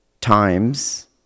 times